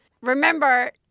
remember